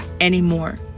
anymore